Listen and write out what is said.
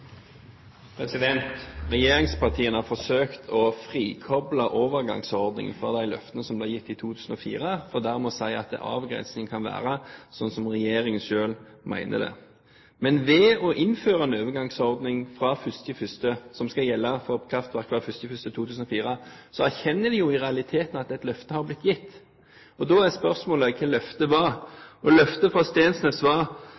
Regjeringspartiene forsøker å frikoble overgangsordningen fra de løftene som ble gitt i 2004, for dermed å si at avgrensingen kan være slik som regjeringen selv mener den skal være. Ved å innføre en overgangsordning som skal gjelde for kraftverk fra 1. januar 2004, erkjenner de i realiteten at et løfte har blitt gitt. Da er spørsmålet hva løftet var. Løftet fra Steensnæs var